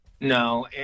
No